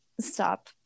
stop